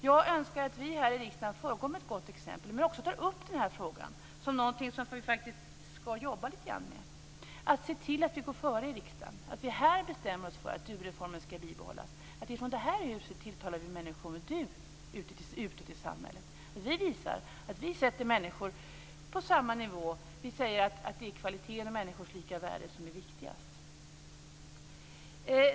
Jag önskar att vi här i riksdagen föregår med gott exempel men att vi också tar upp frågan som någonting som vi faktiskt skall jobba lite grann med. Vi skall se till att vi går före i riksdagen och att vi här bestämmer oss för att du-reformen skall bibehållas, att vi i det här huset tilltalar människor med du utåt i samhället. Vi skall visa att vi sätter människor på samma nivå och säga att det är kvaliteten och människors lika värde som är viktigast.